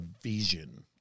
vision